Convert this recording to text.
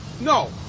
No